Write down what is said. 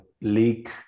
leak